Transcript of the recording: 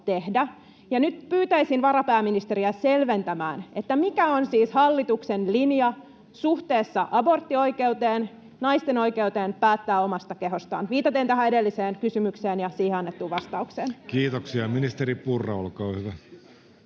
Nyt pyytäisin varapääministeriä selventämään, mikä on siis hallituksen linja suhteessa aborttioikeuteen, naisten oikeuteen päättää omasta kehostaan — viitaten tähän edelliseen kysymykseen ja siihen annettuun vastaukseen. [Speech 88] Speaker: Jussi Halla-aho